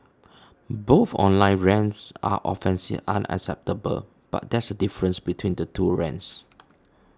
both online rants are offensive and unacceptable but there is a difference between the two rants